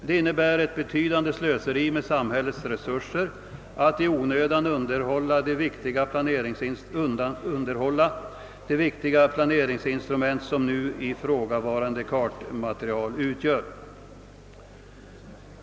Det innebär ett betydande slöseri med samhällets resurser att i onödan undanhålla de viktiga planeringsinstrument som nu ifrågavarande kartmaterial utgör.